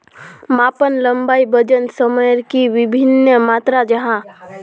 मापन लंबाई वजन सयमेर की वि भिन्न मात्र जाहा?